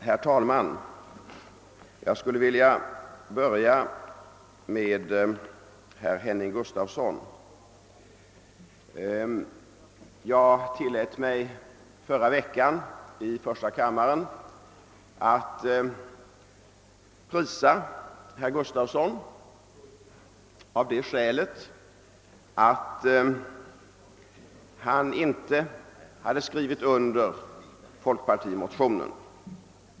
Herr talman! Jag skulle vilja börja med att vända mig till herr Gustafsson i Skellefteå. Jag tillät mig förra veckan i första kammaren att prisa herr Gustafsson av det skälet att han inte skrivit under folkpartimotionen.